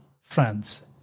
friends